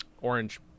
orange